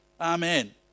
amen